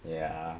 ya